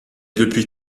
depuis